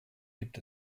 gibt